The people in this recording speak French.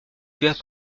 puis